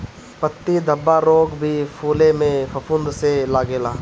पत्ती धब्बा रोग भी फुले में फफूंद से लागेला